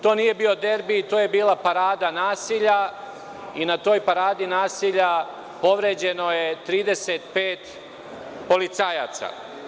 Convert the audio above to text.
To nije bio derbi, to je bila parada nasilja i na toj paradi nasilja povređeno je 35 policajaca.